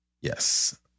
Yes